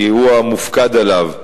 כי הוא המופקד עליו,